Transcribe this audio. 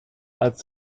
als